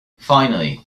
finally